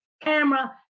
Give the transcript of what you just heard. camera